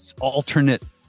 alternate